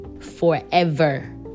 Forever